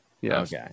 Yes